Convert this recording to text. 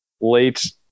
late